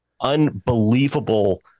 unbelievable